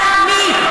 אתה, מי?